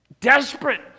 desperate